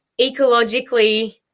ecologically